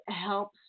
helps